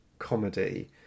comedy